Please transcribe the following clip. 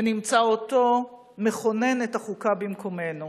ונמצא אותו מכונן את החוקה במקומנו.